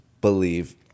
believe